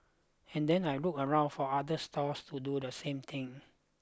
and then I'll look around for other stalls to do the same thing